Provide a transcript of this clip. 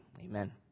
Amen